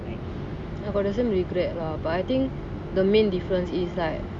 I got the same regret lah but I think the main difference is like